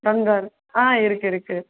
kangaroo ஆ இருக்கு இருக்கு